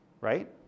right